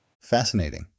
Fascinating